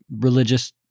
religious